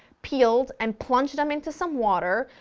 peeled and plunged them into some water,